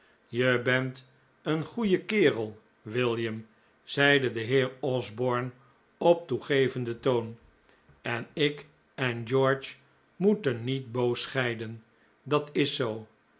je bent een goeie kerel william zeide de heer osborne op toegevenden toon en ik en george moeten niet boos scheiden dat is zoo